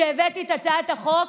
כשהבאתי את הצעת החוק,